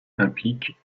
implique